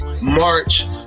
march